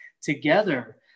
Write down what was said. together